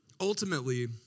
ultimately